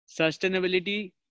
Sustainability